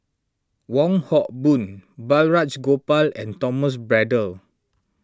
Wong Hock Boon Balraj Gopal and Thomas Braddell